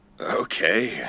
Okay